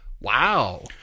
Wow